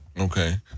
Okay